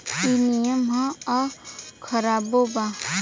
ई निमन ह आ खराबो बा